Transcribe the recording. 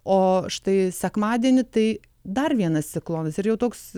o štai sekmadienį tai dar vienas ciklonas ir jau toks